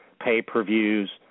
pay-per-views